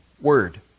word